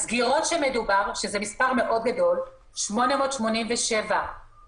הסגירות שמדובר, שזה מספר מאוד גדול 887 נשים